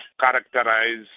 characterize